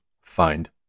find